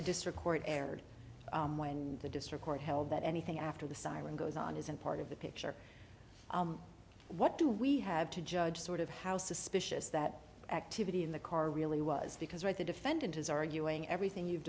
the district court erred the district court held that anything after the siren goes on isn't part of the picture what do we have to judge sort of how suspicious that activity in the car really was because right the defendant is arguing everything you've